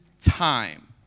time